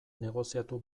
negoziatu